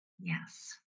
Yes